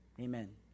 amen